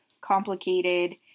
complicated